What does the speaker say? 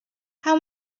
how